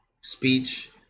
speech